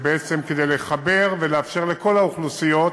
בעצם כדי לחבר ולאפשר לכל האוכלוסיות